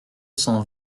cent